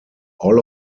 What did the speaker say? all